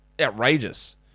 outrageous